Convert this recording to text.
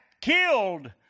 killed